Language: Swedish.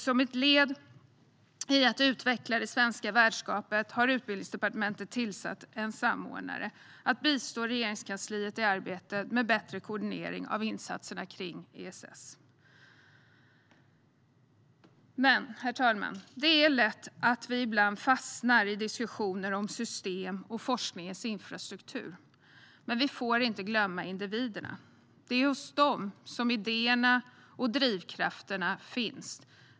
Som ett led i att utveckla det svenska värdskapet har Utbildningsdepartement tillsatt en samordnare att bistå Regeringskansliet i arbetet med bättre koordinering av insatserna kring ESS. Herr talman! Det är ibland lätt att vi fastnar i diskussioner om systemen och forskningens infrastruktur. Men vi får inte glömma individerna. Det är hos dem som idéerna och drivkrafterna finns.